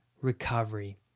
recovery